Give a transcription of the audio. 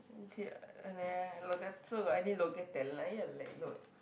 so got any local talent